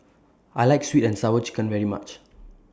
I like Sweet and Sour Chicken very much